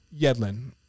yedlin